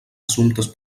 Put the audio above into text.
assumptes